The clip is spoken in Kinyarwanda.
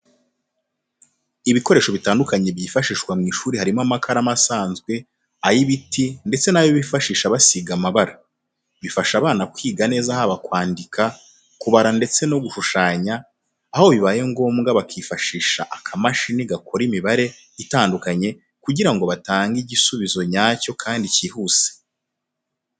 Ibikoresho bitandukanye byifashishwa mu ishuri harimo amakaramu asanzwe, ay'ibiti ndetse n'ayo bifashisha basiga amabara. Bifasha abana kwiga neza haba kwandika, kubara ndetse no gushushanya, aho bibaye ngombwa bakifashisha akamashini gakora imibare itandukanye kugira ngo batange igisubizo nyacyo kandi cyihuse.